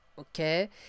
okay